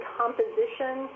composition